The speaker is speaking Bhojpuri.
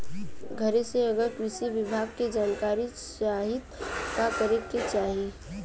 घरे से अगर कृषि विभाग के जानकारी चाहीत का करे के चाही?